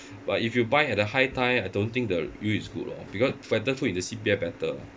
but if you buy at the high time I don't think the yield is good orh because better put in the C_P_F better